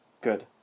Good